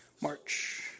March